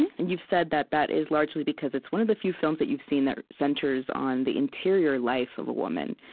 and you've said that that is largely because it's one of the few films that you've seen that centers on the interior life of a woman.